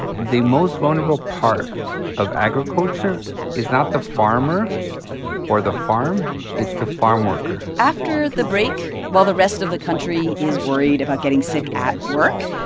the most vulnerable part of agriculture is not the farmer or the farm it's the farmworker after the break, while the rest of the country is worried about getting sick at work,